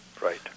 Right